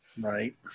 Right